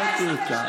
הוצאתי אותה.